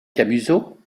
camusot